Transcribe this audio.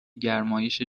گرمایش